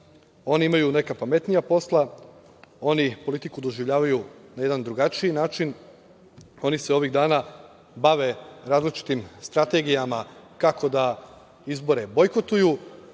Oni imaju neka pametnija posla, oni politiku doživljavaju na jedan drugačiji način, oni se ovih dana bave različitim strategijama kako da izbore bojkotuju.